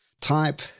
type